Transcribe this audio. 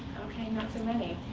ok, not so many.